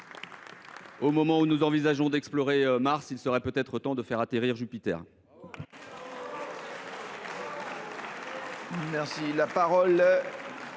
À l’heure où nous envisageons d’explorer Mars, il serait peut être temps de faire atterrir Jupiter